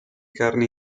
carne